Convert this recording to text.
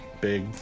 big